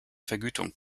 vergütung